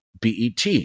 BET